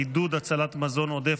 עידוד הצלת מזון עודף),